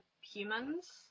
humans